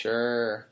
Sure